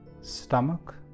stomach